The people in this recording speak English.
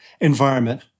environment